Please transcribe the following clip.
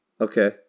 Okay